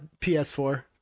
PS4